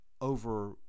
over